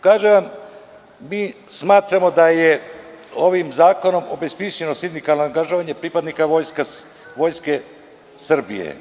Kažem vam, mi smatramo da je ovim zakonom obesmišljeno sindikalno angažovanje pripadnika Vojske Srbije.